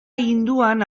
hinduan